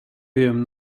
wiem